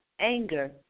anger